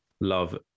love